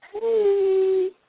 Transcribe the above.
Hey